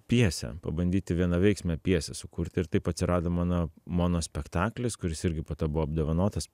pjesę pabandyti vienaveiksmę pjesę sukurti ir taip atsirado mano mono spektaklis kuris irgi po to buvo apdovanotas